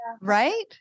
Right